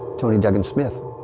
tony duggan-smith.